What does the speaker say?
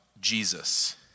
Jesus